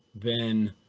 then